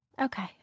Okay